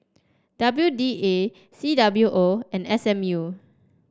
W D A C W O and S M U